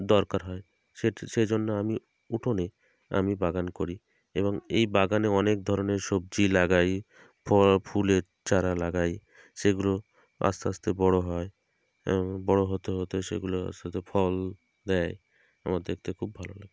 দরকার হয় সেজন্য আমি উঠোনে আমি বাগান করি এবং এই বাগানে অনেক ধরনের সবজিই লাগাই ফুলের চারা লাগাই সেগুলো আস্তে আস্তে বড় হয় বড় হতে হতে সেগুলো আস্তে আস্তে ফল দেয় আমার দেখতে খুব ভালো লাগে